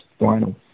vinyl